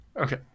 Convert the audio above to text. okay